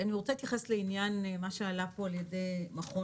אני רוצה להתייחס מה שעלה פה על ידי מכון